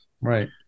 Right